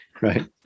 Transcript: right